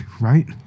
Right